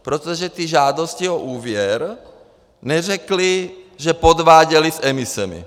Protože ty žádosti o úvěr neřekly, že podváděli s emisemi.